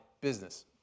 business